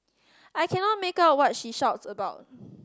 I cannot make out what she shouts about